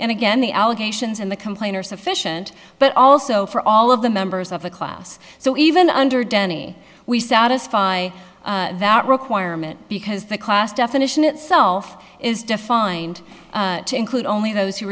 and again the allegations and the complainer sufficient but also for all of the members of the class so even under denny we satisfy that requirement because the class definition itself is defined to include only th